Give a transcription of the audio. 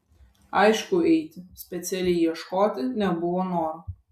aišku eiti specialiai ieškoti nebuvo noro